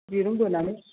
दिरुं बोनानै